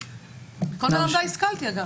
מכל מלמדיי השכלתי אגב.